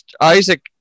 isaac